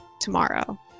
tomorrow